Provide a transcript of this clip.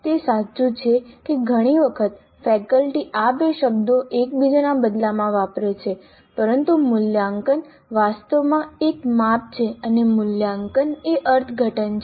તે સાચું છે કે ઘણી વખત ફેકલ્ટી આ બે શબ્દો એકબીજાના બદલામાં વાપરે છે પરંતુ મૂલ્યાંકન વાસ્તવમાં એક માપ છે અને મૂલ્યાંકન એ અર્થઘટન છે